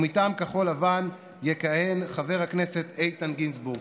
ומטעם כחול לבן יכהן חבר הכנסת איתן גינזבורג.